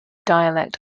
dialect